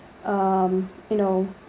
um you know